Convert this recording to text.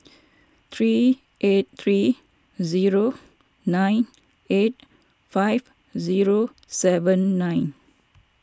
three eight three zero nine eight five zero seven nine